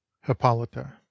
Hippolyta